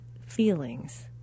feelings